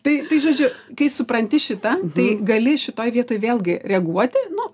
tai tai žodžiu kai supranti šitą tai gali šitoj vietoj vėlgi reaguoti nu